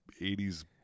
80s